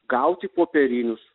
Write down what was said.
gauti popierinius